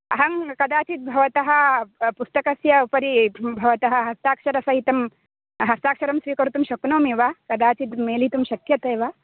अहं कदाचित् भवतः पुस्तकस्य उपरि भवतः हस्ताक्षरसहितं हस्ताक्षरं स्वीकर्तुं शक्नोमि वा कदाचित् मेलितुं शक्यते वा